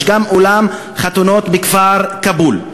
יש גם אולם חתונות בכפר כאבול.